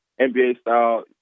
NBA-style